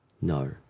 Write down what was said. No